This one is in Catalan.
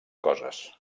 coses